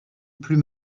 plus